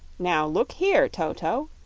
now look here, toto,